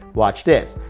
watch this.